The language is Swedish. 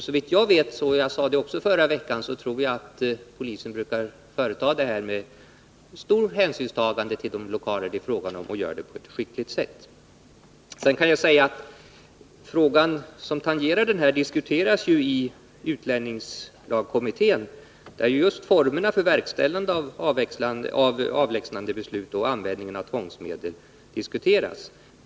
Såvitt jag vet — jag sade också det i förra veckan — brukar polisen visa stort hänsynstagande till de lokaler det här är fråga om och utföra arbetet på ett skickligt sätt. En fråga som tangerar denna diskuteras i utlänningslagkommittén, där just formerna för verkställande av avlägsnandebeslut och användningen av tvångsmedel diskuteras.